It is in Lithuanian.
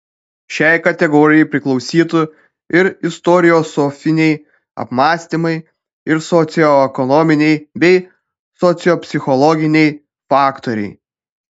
šiai kategorijai priklausytų ir istoriosofiniai apmąstymai ir socioekonominiai bei sociopsichologiniai faktoriai